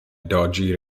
dodgy